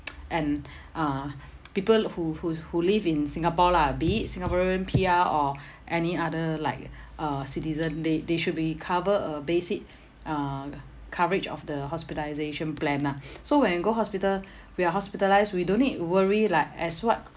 and uh people who who's who live in singapore lah be it singaporean P_R or any other like uh citizen they they should be cover a basic uh coverage of the hospitalisation plan ah so when go hospital we are hospitalised we don't need worry like as what